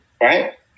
Right